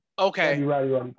Okay